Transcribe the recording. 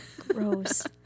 Gross